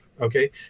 Okay